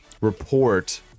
report